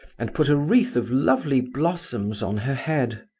and put a wreath of lovely blossoms on her head.